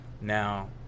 now